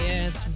Yes